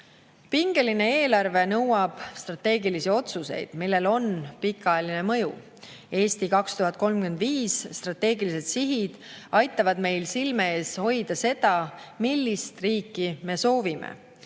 Pingeline eelarve nõuab strateegilisi otsuseid, millel on pikaajaline mõju. "Eesti 2035" strateegilised sihid aitavad meil silme ees hoida seda, millist riiki me soovime.